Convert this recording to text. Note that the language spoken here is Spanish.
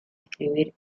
escribir